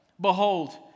Behold